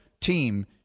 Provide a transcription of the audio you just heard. team